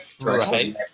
right